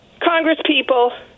congresspeople